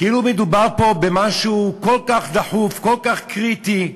כאילו מדובר פה במשהו כל כך דחוף, כל כך קריטי,